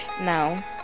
now